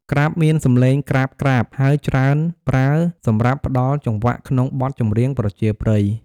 ក្រាប់មានសំឡេងក្រាបៗ ហើយច្រើនប្រើសម្រាប់ផ្តល់ចង្វាក់ក្នុងបទចម្រៀងប្រជាប្រិយ។